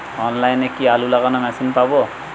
অনলাইনে কি আলু লাগানো মেশিন পাব?